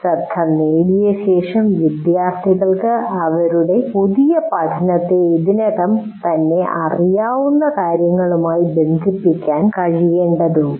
ശ്രദ്ധ നേടിയ ശേഷം വിദ്യാർത്ഥികൾക്ക് അവരുടെ പുതിയ പഠനത്തെ ഇതിനകം തന്നെ അറിയാവുന്ന കാര്യങ്ങളുമായി ബന്ധിപ്പിക്കാൻ കഴിയേണ്ടതുണ്ട്